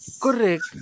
Correct